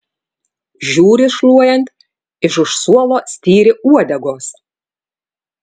žiūri šluojant iš už suolo styri uodegos